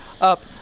up